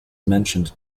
mentioned